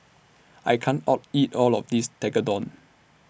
I can't All eat All of This Tekkadon